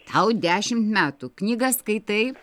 tau dešim metų knygas skaitai